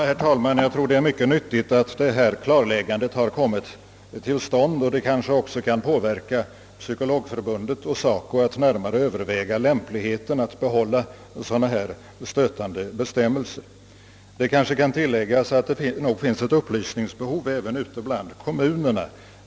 Herr talman! Jag tror det är mycket nyttigt att vi fått detta klarläggande, och det kan måhända också påverka Psykologförbundet och SACO att närmare överväga lämpligheten av att behålla sådana här stötande bestämmelser. Jag vill tillägga att det nog finns ett upplysningsbehov även ute i kommunerna.